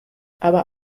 aber